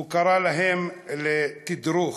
הוא קרא להם לתדרוך,